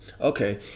Okay